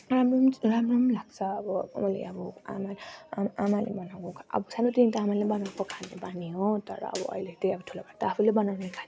राम्रो राम्रो लाग्छ अब मैले अब मैले अब आमा आमाले बनाएको अब सानैदेखि त आमाले बनाएको खाने बानी हो तर अब अहिले त अब ठुलो भएर त आफूले बनाएर खाने बानी